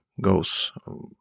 goes